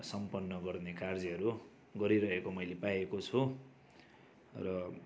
सम्पन्न गर्ने कार्यहरू गरिरहेको मैले पाएको छु र